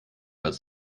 als